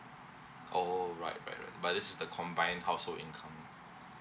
oh right right right but this is the combined household income